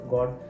God